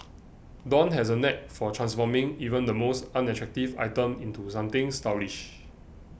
dawn has a knack for transforming even the most unattractive item into something stylish